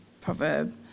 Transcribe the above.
proverb